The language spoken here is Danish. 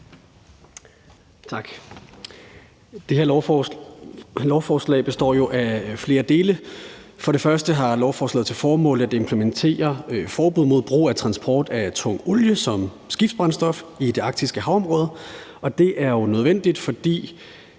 Det her lovforslag består jo af flere dele. Som det første har lovforslaget til formål at implementere et forbud mod brug og transport af tung olie som skibsbrændstof i det arktiske havområde, og det er jo nødvendigt, fordi